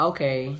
Okay